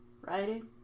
writing